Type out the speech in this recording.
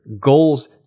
goals